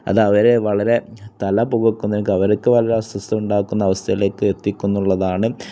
അത് അവരെ വളരെ തല പുകയ്ക്കുന്ന അവർക്ക് വളരെ അസ്വസ്ഥത ഉണ്ടാക്കുന്ന അവസ്ഥയിലേക്ക് എത്തിക്കുന്നു എന്നുള്ളതാണ്